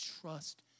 trust